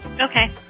Okay